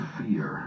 fear